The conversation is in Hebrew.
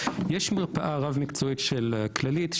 יש מרפאה רב מקצועית של הכללית,